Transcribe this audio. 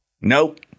Nope